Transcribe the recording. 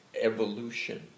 evolution